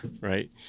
right